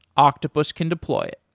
octopus can deploy it.